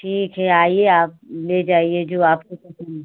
ठीक हे आइए आप ले जाइए जो आपको पसंद हो